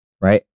Right